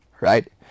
right